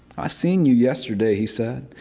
i seen you yesterday, he said,